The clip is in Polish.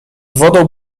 wodą